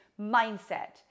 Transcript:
mindset